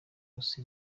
yose